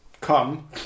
come